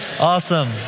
Awesome